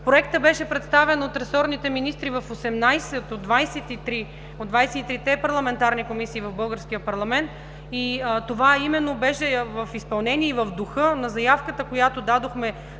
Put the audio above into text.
Проектът беше представен от ресорните министри в 18 от 23 те парламентарни комисии в българския парламент и това именно беше в изпълнение и в духа на заявката, която дадохме